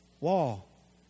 wall